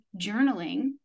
journaling